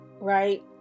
right